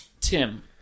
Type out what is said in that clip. Tim